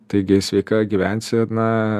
taigi sveika gyvensena